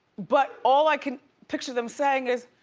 but all i can picture them saying is,